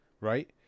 right